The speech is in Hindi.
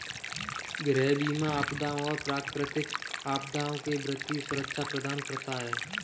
गृह बीमा आपदाओं और प्राकृतिक आपदाओं से वित्तीय सुरक्षा प्रदान करता है